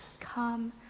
come